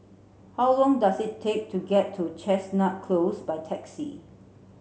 how long does it take to get to Chestnut Close by taxi